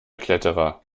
kletterer